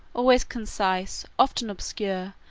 always concise, often obscure,